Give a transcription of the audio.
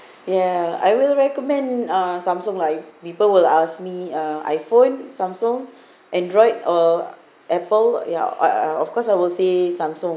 ya I will recommend uh samsung lah if people will ask me uh iphone samsung android or apple yeah uh of course I will say samsung